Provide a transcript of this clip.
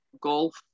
golf